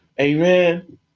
Amen